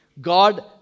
God